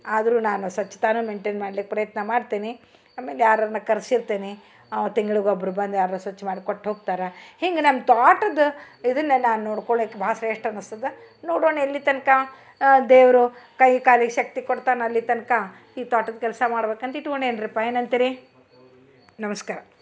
ಅದ್ರು ನಾನು ಸ್ವಚ್ಛತಾನು ಮೆಂಟೇನ್ ಮಾಡ್ಲಿಕ್ಕೆ ಪ್ರಯತ್ನ ಮಾಡ್ತೇನೆ ಆಮೇಲೆ ಯಾರನ್ನ ಕರ್ಸಿರ್ತೆನಿ ಅವ ತಿಂಗ್ಳ್ಗೊಬ್ರ ಬಂದು ಯಾರರೆ ಸ್ವಚ್ಛ ಮಾಡ್ಕೊಟ್ಟು ಹೋಗ್ತಾರ ಹಿಂಗೆ ನಮ್ಮ ತೋಟದ ಇದನ್ನ ನಾನು ನೋಡ್ಕೊಳ್ಳಲ್ಲಿಕ್ಕೆ ಭಾಳ ಶ್ರೇಷ್ಠ ಅನಿಸ್ತದೆ ನೋಡೋಣ ಎಲ್ಲಿ ತನಕ ಆ ದೇವರು ಕೈ ಕಾಲಿಗೆ ಶಕ್ತಿ ಕೊಡ್ತಾನೆ ಅಲ್ಲಿ ತನಕ ಈ ತೋಟದ ಕೆಲಸ ಮಾಡ್ಬೇಕಂತ ಇಟ್ಕೊಂಡೇನ್ರಿಪಾ ಏನಂತಿರಿ ನಮಸ್ಕಾರ